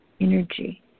energy